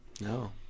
no